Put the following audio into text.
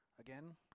again